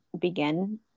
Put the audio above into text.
begin